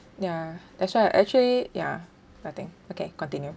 ya that's why I actually ya nothing okay continue